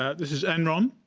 this is enron.